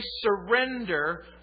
surrender